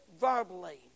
verbally